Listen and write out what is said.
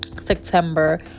september